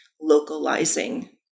localizing